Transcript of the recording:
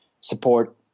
support